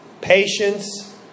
patience